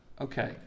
Okay